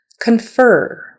Confer